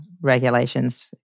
regulations